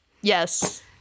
yes